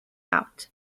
out